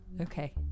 Okay